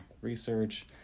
research